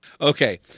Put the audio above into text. Okay